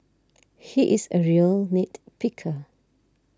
he is a real nit picker